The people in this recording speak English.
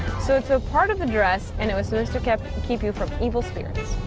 so it's a part of the dress and it was supposed to keep you from evil spirits.